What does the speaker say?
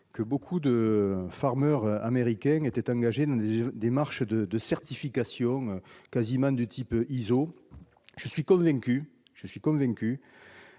que beaucoup de américains s'étaient engagés dans des démarches de certification quasiment de type ISO. Je suis convaincu que, en tant